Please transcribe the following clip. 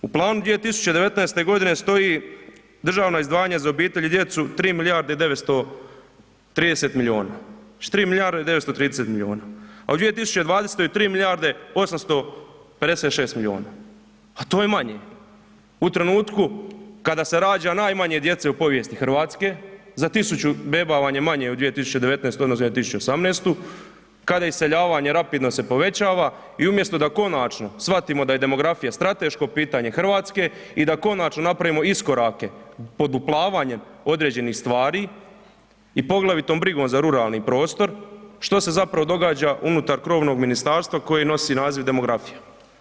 U planu 2019. stoji državna izdvajanja za obitelj i djecu 3 milijarde i 930 milijuna, znači 3 milijarde i 930 milijuna a u 2020. 3 milijarde 856 milijuna, a to je manje u trenutku kada se rađa najmanje djece u povijesti Hrvatske, za 100 beba vam je manje u 2019. u odnosu na 2018., kada iseljavanje rapidno se povećava i umjesto da konačno shvatimo da je demografija strateško pitanje Hrvatske i da konačno napravimo iskorake poduplavanjem određenih stvari i poglavitom brigom za ruralni prostor, što se zapravo događa unutar krovnog ministarstva koje nosi naziv demografija?